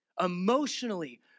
emotionally